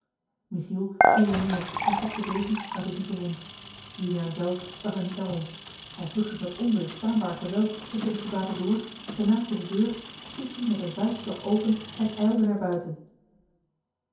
michiel knielde neêr en trok den degen uit de diepe wond juliaan zelf zag er niet naar om hij sloeg zich met onweêrstaanbaar geweld tusschen de soldaten door genaakte de deur stiet die met een vuistslag open en ijlde naar buiten